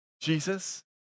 Jesus